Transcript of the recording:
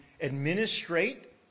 administrate